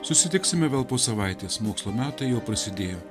susitiksime vėl po savaitės mokslo metai prasidėjo